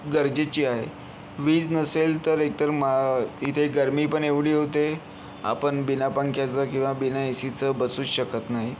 गरजेची आहे वीज नसेल तर इथं गर्मी पण एवढी होते आपण बिना पंख्याचं किंवा बिना ए सीचं बसूच शकत नाही